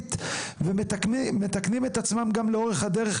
תמידית ומתקנים את עצמם גם לאורך הדרך,